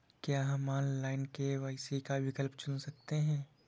क्या हम online KYC का विकल्प चुन सकते हैं?